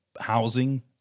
housing